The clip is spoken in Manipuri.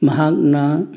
ꯅꯍꯥꯛꯅ